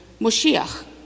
Moshiach